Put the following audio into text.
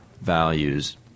values